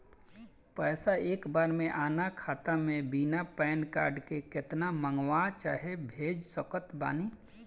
पैसा एक बार मे आना खाता मे बिना पैन कार्ड के केतना मँगवा चाहे भेज सकत बानी?